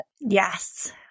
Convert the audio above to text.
Yes